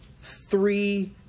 three